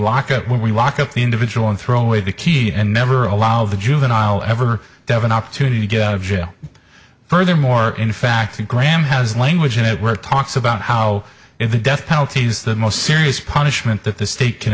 up when we walk up the individual and throw away the key and never allow the juvenile ever to have an opportunity to get out of jail furthermore in fact graham has language in it where it talks about how if the death penalty is the most serious punishment that the state can